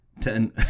Ten